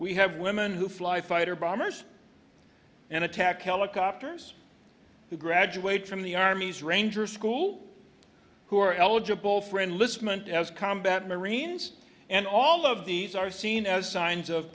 we have women who fly fighter bombers and attack helicopters who graduate from the army's ranger school who are eligible for enlistment as combat marines and all of these are seen as signs of